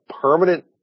permanent